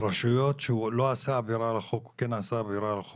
הרשויות שהוא לא עשה על החוק או כן עשה עבירה על החוק?